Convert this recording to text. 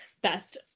best